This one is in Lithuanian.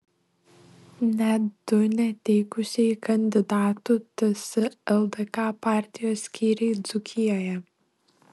net du neteikusieji kandidatų ts lkd partijos skyriai dzūkijoje